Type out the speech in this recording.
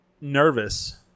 nervous